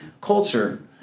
culture